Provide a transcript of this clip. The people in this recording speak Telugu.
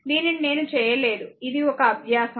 దీనిని నేను చేయలేదు ఇది ఒక అభ్యాసం